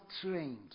trained